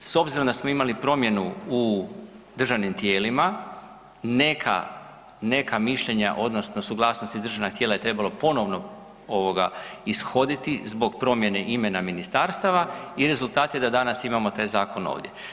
S obzirom da smo imali promjenu u državnim tijelima, neka mišljenja odnosno suglasnosti državna tijela je trebalo ponovno ishoditi zbog promjene imena ministarstava i rezultati da danas imamo taj zakon ovdje.